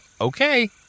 okay